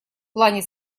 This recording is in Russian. плане